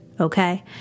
Okay